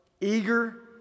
eager